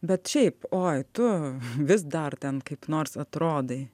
bet šiaip oi tu vis dar ten kaip nors atrodai